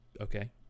Okay